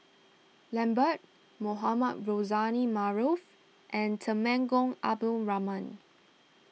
Lambert Mohamed Rozani Maarof and Temenggong Abdul Rahman